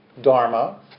Dharma